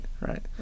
right